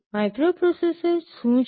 microprocessor શું છે